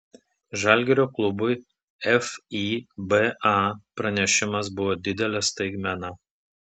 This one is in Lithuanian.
žalgirio klubui fiba pranešimas buvo didelė staigmena